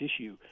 issue